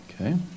Okay